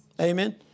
Amen